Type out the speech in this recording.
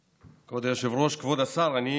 כבוד היושב-ראש, כבוד השר, אני